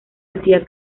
hacía